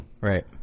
Right